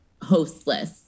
hostless